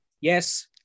yes